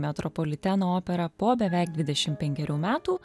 metropoliteno operą po beveik dvidešimt penkerių metų